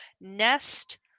nest